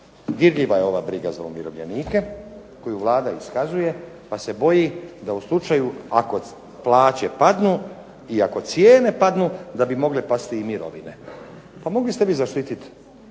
Dirljiva je ova briga za umirovljenike koju Vlada iskazuje pa se boji da u slučaju ako plaće padnu i ako cijene padnu da bi mogle pasti i mirovine. Pa mogli ste vi zaštitit